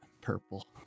purple